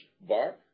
bar